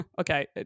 Okay